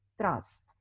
trust